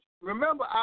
Remember